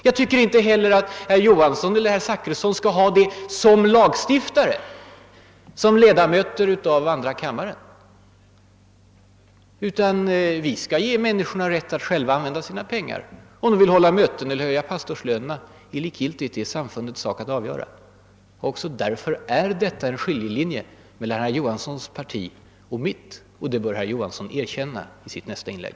Jag tycker inte heller att herr Johansson eller herr Zachrisson skall ha det som lagstiftare och ledamöter av andra kammaren. Vi skall ge människorna rätt att själva bestämma hur de vill använda sina pengar. Om de vill hålla möten eller höja pastorslönerna är likgiltigt för oss, det är det samfundens sak att avgöra. Även där går det en skiljelinje mellan herr Johanssons parti och mitt. Det bör herr Johansson erkänna i sitt nästa inlägg.